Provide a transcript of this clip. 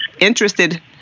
interested